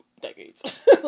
decades